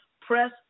Press